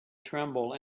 tremble